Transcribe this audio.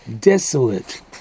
desolate